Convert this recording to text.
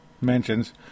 mentions